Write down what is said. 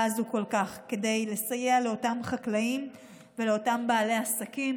כל כך הזאת כדי לסייע לאותם חקלאים ולאותם בעלי עסקים